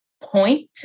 point